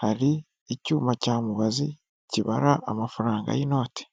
hari icyuma cya mubazi kibara amafaranga y'inoti.